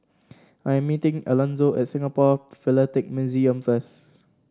I'm meeting Elonzo at Singapore Philatelic Museum first